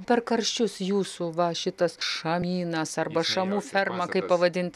per karščius jūsų va šitas šamynas arba šamų ferma kaip pavadint